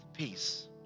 peace